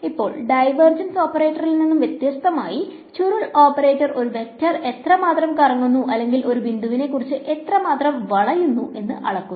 ഇപ്പോൾ ഡൈവേർജൻസ് ഓപ്പറേറ്ററിൽ നിന്ന് വ്യത്യസ്തമായി ചുരുൾ ഓപ്പറേറ്റർ ഒരു വെക്റ്റർ എത്രമാത്രം കറങ്ങുന്നു അല്ലെങ്കിൽ ഒരു ബിന്ദുവിനെക്കുറിച്ച് എത്രമാത്രം വളയുന്നു എന്ന് അളക്കുന്നു